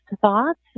thoughts